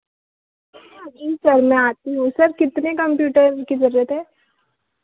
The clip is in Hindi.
हाँ जी सर मैं आती हूँ सर कितने कंप्यूटरों की ज़रूरत है